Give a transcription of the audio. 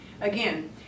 again